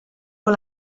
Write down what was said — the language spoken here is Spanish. con